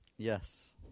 Yes